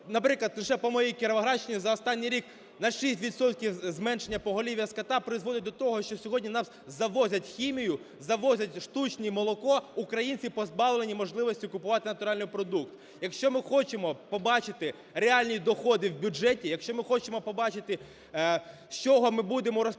наприклад, лише по моїй Кіровоградщині за останній рік на 6 відсотків зменшення поголів'я скота призводить до того, що сьогодні в нас завозять хімію, завозять штучне молоко, українці позбавлені можливості купувати натуральний продукт. Якщо ми хочемо побачити реальні доходи в бюджеті, якщо ми хочемо побачити, з чого ми будемо розподіляти